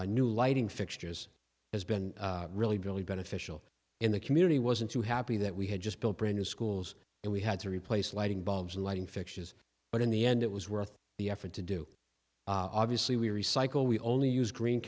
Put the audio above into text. a new lighting fixtures has been really really beneficial in the community wasn't too happy that we had just built bridges schools and we had to replace lighting bulbs and lighting fixtures but in the end it was worth the effort to do obviously we recycle we only use green